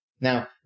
Now